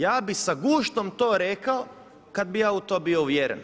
Ja bih sa guštom to rekao kada bih ja u to bio uvjeren.